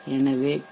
எனவே பி